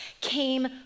came